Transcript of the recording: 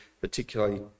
particularly